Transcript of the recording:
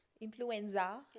influenza